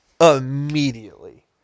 immediately